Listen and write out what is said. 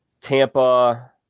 Tampa